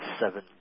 seven